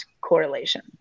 correlation